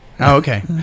Okay